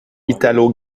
italo